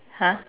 !huh!